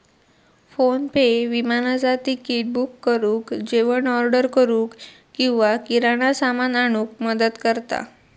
PhonePe विमानाचा ticket book करुक, जेवण ऑर्डर करूक किंवा किराणा सामान आणूक मदत करता